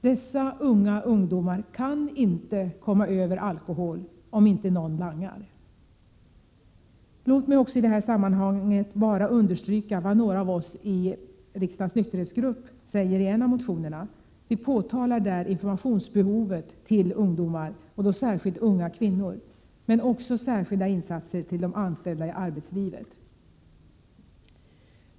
Dessa unga ungdomar kan inte komma över alkohol om inte någon langar! Låt mig också i det här sammanhanget bara understryka vad några av oss i riksdagens nykterhetsgrupp säger i en av motionerna. Vi påpekar där behovet av information till ungdomar — och då särskilt unga kvinnor — men också särskilda insatser till de anställda i arbetslivet.